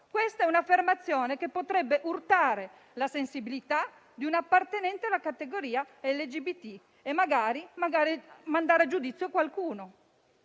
Questa è un'affermazione che potrebbe urtare la sensibilità di un appartenente alla categoria LGBT e magari mandare a giudizio qualcuno.